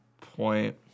point